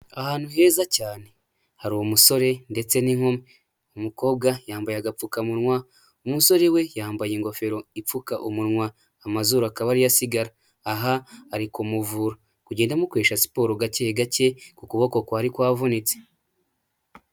Ahantu heza cyane hari umusore ndetse n'inkumi, umukobwa yambaye agapfukamunwa ,umusore we yambaye ingofero ipfuka umunwa, amazuru akaba ariyo asigara aha ari kumuvura, kugenda amukoresha siporo gake gake ku kuboko kwari kwavunitse.